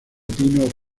pino